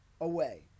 away